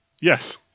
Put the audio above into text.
Yes